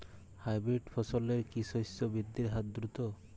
Hybrid ফসলের কি শস্য বৃদ্ধির হার দ্রুত?